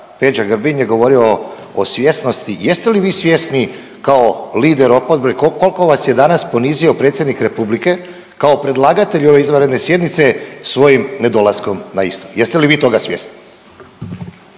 Peđa Grbin je govorio o svjesnosti. Jeste li svjesni kao lider oporbe kolko vas je danas ponizio predsjednik Republike kao predlagatelj ove izvanredne sjednice svojim nedolaskom na istu? Jeste li vi toga svjesni?